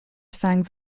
sang